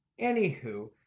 anywho